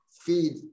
feed